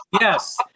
Yes